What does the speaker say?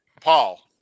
Paul